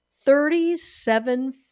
Thirty-seven